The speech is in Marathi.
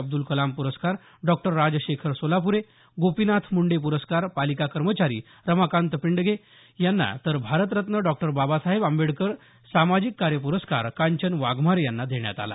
अब्दुल कलाम प्रस्कार डॉक्टर राजशेखर सोलापुरे गोपीनाथ मुंडे पुरस्कार पालिका कर्मचारी रमाकांत पिडगें यांना तर भारतरत्न डॉक्टर बाबासाहेब आंबेडकर सामाजिक कार्य पुरस्कार कांचन वाघमारे यांना देण्यात आला